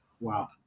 Wow